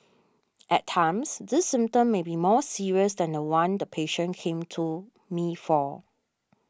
at times this symptom may be more serious than the one the patient came to me for